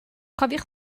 cofiwch